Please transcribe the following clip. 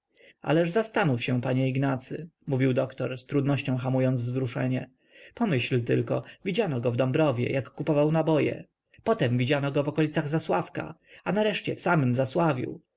ależ zastanów się panie ignacy mówił doktor z trudnością hamując wzruszenie pomyśl tylko widziano go w dąbrowie jak kupował naboje potem widziano go w okolicach zasławka a nareszcie w samym zasławiu